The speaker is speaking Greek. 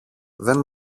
δεν